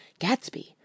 Gatsby